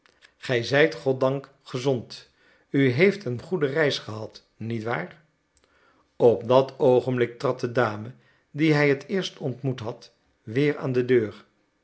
gij zijt goddank gezond u heeft een goede reis gehad niet waar op dat oogenblik trad de dame die hij het eerst ontmoet had weer aan de deur